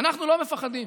אנחנו לא מפחדים.